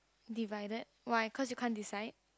divided why cause you can't decide